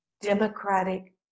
democratic